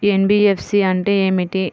NBFC అంటే ఏమిటి?